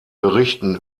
berichten